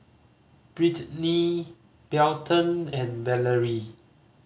Brittnie Belton and Valerie